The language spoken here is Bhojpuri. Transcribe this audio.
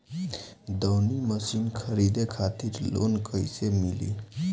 दऊनी मशीन खरीदे खातिर लोन कइसे मिली?